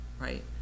right